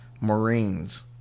Marines